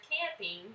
Camping